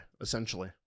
essentially